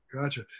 Gotcha